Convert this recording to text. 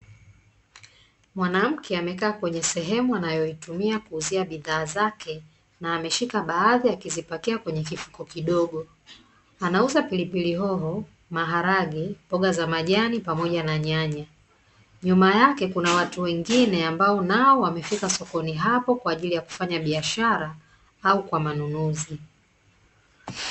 Mwanamke amekaa kwenye sehemu anayoitumia kuuzia bidhaa akizipatia kwenye chifu kidogo anauza pilipili hoho maharage mboga za majani pamoja na nyanya yake kuna watu wengine ambao nao wamefika sokoni hapo kwa ajili ya kufanya biashara au kwa manunuzi.